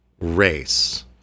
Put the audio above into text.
race